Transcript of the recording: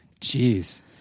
Jeez